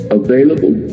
available